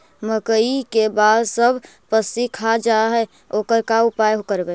मकइ के बाल सब पशी खा जा है ओकर का उपाय करबै?